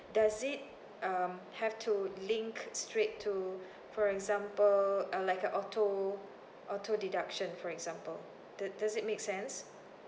does it um have to link straight to for example uh like a auto auto deduction for example do~ does it make sense